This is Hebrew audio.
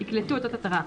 יקלטו אותות התראה,